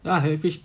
I have fish